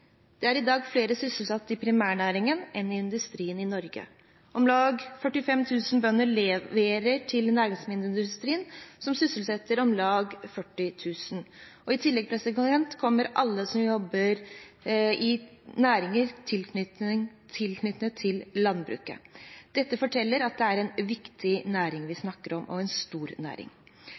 det. Det er i dag flere sysselsatte i primærnæringen enn i industrien i Norge. Om lag 45 000 bønder leverer til næringsmiddelindustrien, som sysselsetter om lag 40 000. I tillegg kommer alle som jobber i næringer knyttet til landbruket. Dette forteller at det er en viktig næring vi snakker om – og en stor næring.